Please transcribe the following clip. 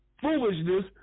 foolishness